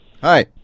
Hi